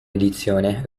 edizione